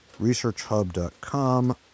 ResearchHub.com